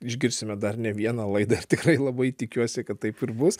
išgirsime dar ne vieną laidą ir tikrai labai tikiuosi kad taip ir bus